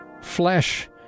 Flesh